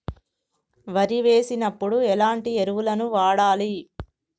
వరి వేసినప్పుడు ఎలాంటి ఎరువులను వాడాలి?